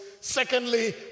secondly